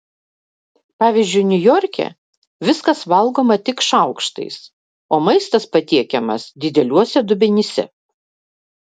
pavyzdžiui niujorke viskas valgoma tik šaukštais o maistas patiekiamas dideliuose dubenyse